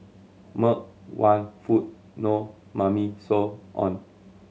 milk want food no Mummy so on